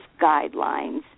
guidelines